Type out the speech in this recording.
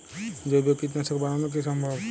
জৈব কীটনাশক বানানো কি সম্ভব?